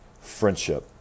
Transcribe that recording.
Friendship